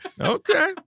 Okay